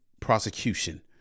prosecution